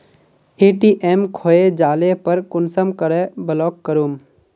ATM खोये जाले पर कुंसम करे ब्लॉक करूम?